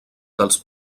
dels